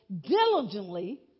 diligently